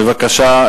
בבקשה,